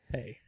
Hey